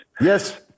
Yes